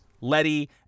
Letty